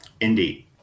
Indeed